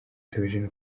theogene